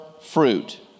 fruit